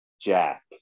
Jack